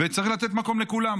וצריך לתת מקום לכולם,